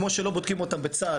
כמו שלא בודקים אותם בצה"ל,